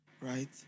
right